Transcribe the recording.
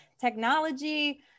technology